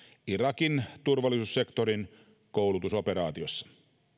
irakin turvallisuussektorin koulutusoperaatiossa